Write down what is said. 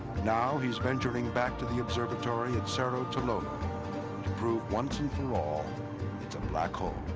now he's venturing back to the observatory at cerro tololo to prove once and for all it's a black hole.